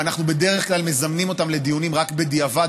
ואנחנו בדרך כלל מזמנים אותם לדיונים רק בדיעבד,